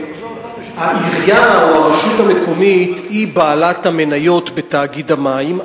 העירייה או הרשות המקומית הן בעלות המניות בתאגיד המים,